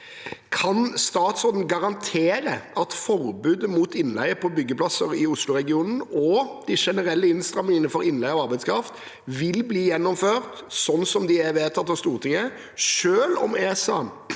Kan statsråden garantere at forbudet mot innleie på byggeplasser i Oslo-regionen og de generelle innstrammingene i innleie av arbeidskraft vil bli gjennomfør slik de er vedtatt av Stortinget, selv om ESA